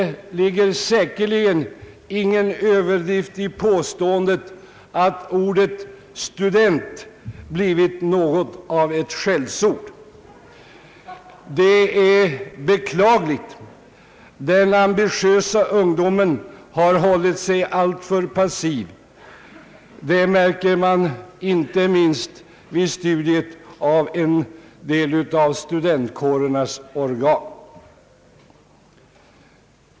Det ligger säkerligen ingen större överdrift i påståendet att ordet »student» blivit något av ett skällsord. Det är beklagligt. Den ambitiösa ungdomen har hållit sig alltför passiv. Det märker man inte minst vid studiet av en del av studentkårernas organ.